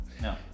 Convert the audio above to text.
No